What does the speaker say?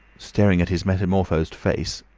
staring at his metamorphosed face,